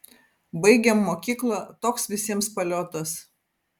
baigėm mokyklą toks visiems paliotas